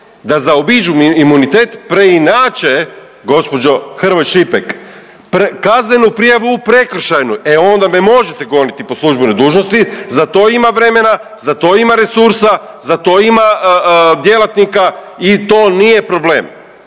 da zaobiđu imunitet, preinače, gđo. Hrvoj Šipek, kaznenu prijavu u prekršajnu, e onda me možete goniti po službenoj dužnosti, za to ima vremena, za to ima resursa, za to ima djelatnika i to nije problem.